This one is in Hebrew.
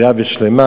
בריאה ושלמה,